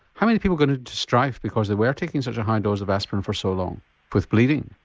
how many people got into strife because they were taking such a high dose of aspirin for so long with bleeding?